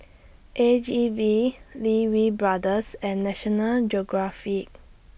A G V Lee Wee Brothers and National Geographic